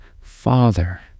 Father